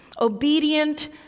obedient